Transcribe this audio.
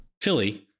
Philly